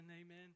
Amen